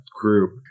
group